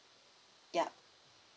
ya